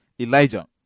Elijah